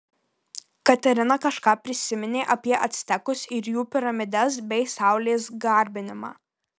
katerina kažką prisiminė apie actekus ir jų piramides bei saulės garbinimą